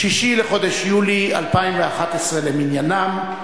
6 בחודש יולי 2011 למניינם.